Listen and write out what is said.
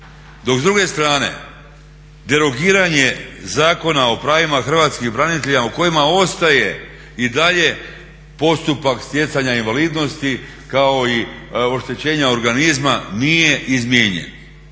Dok s druge strane derogiranje Zakona o pravima Hrvatskih branitelja u kojima ostaje i daje postupa stjecanja invalidnosti kao i oštećenja organizma nije izmijenjen.